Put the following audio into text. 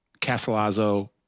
Casalazzo